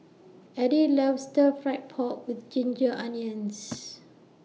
Eddie loves Stir Fry Pork with Ginger Onions